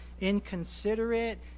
inconsiderate